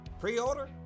Pre-order